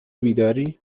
بیداری